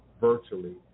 virtually